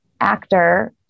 actor